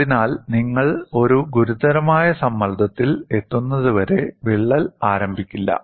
അതിനാൽ നിങ്ങൾ ഒരു ഗുരുതരമായ സമ്മർദ്ദത്തിൽ എത്തുന്നതുവരെ വിള്ളൽ ആരംഭിക്കില്ല